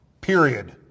period